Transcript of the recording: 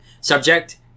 Subject